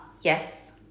Yes